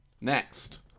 Next